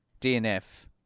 DNF